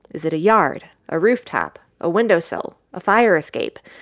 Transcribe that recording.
is it a yard, a rooftop, a windowsill, a fire escape?